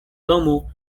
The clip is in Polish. domu